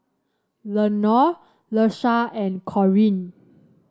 Lenore Leshia and Corine